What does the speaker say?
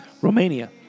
Romania